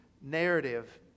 narrative